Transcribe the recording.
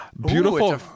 Beautiful